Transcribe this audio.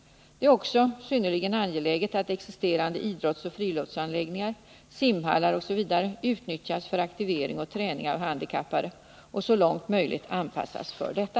Det är också synnerligen angeläget att existerande idrottsoch friluftsanläggningar, simhallar osv. utnyttjas för aktivering och träning av handikappade och så långt möjligt anpassas för detta.